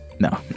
No